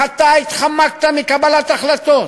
אך אתה התחמקת מקבלת החלטות,